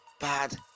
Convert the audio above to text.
bad